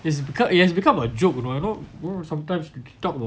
is because it has become a joke you know you know sometimes talk about